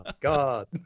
God